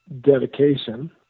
dedication